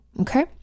Okay